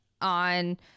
on